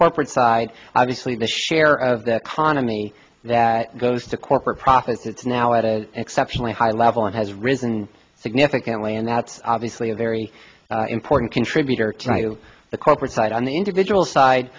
corporate side obviously the share of that hanum me that goes to corporate profits now it is exceptionally high level and has risen significantly and that's obviously a very important contributor try to the corporate side on the individual side